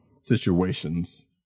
situations